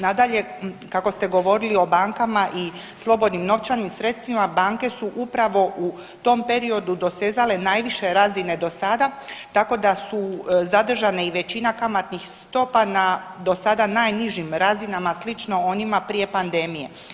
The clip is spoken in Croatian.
Nadalje, kako ste govorili o bankama i slobodnim novčanim sredstvima, banke su upravo u tom periodu dosezale najviše razine do sada, tako da su zadržane i većine kamatnih stopa na do sada najnižim razinama, slično onima prije pandemije.